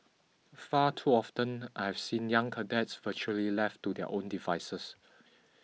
far too often I have seen young cadets virtually left to their own devices